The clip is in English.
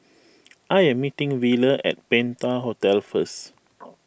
I am meeting Wheeler at Penta Hotel first